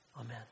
Amen